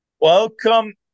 Welcome